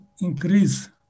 increase